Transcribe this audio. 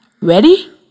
Ready